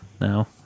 now